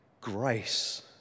grace